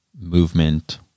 movement